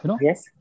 yes